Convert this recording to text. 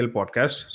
Podcast